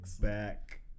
back